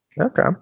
Okay